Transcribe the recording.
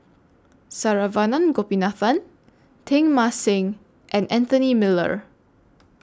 Saravanan Gopinathan Teng Mah Seng and Anthony Miller